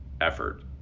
effort